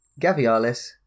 Gavialis